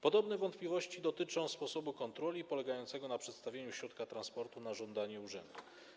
Podobne wątpliwości dotyczą sposobu kontroli polegającego na przedstawieniu środka transportu na żądanie urzędu.